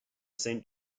saint